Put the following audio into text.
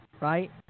right